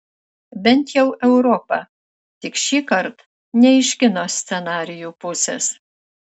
bent jau europa tik šįkart ne iš kino scenarijų pusės